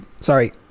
sorry